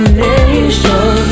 nation